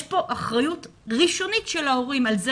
יש פה אחריות ראשונית של ההורים על זה